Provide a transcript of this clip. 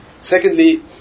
Secondly